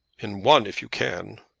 in one if you can.